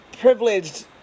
privileged